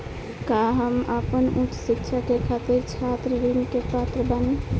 का हम आपन उच्च शिक्षा के खातिर छात्र ऋण के पात्र बानी?